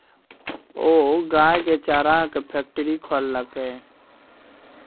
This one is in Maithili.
ओ गायक चाराक फैकटरी खोललकै